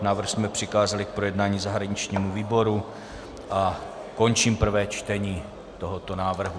Návrh jsme přikázali k projednání zahraničnímu výboru a končím prvé čtení tohoto návrhu.